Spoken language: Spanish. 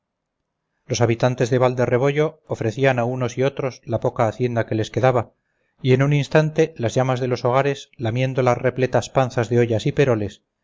los habitantes de val de rebollo ofrecían a unos y otros la poca hacienda que les quedaba y en un instante las llamas de los hogares lamiendo las repletas panzas de ollas y peroles